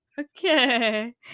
okay